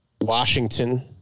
Washington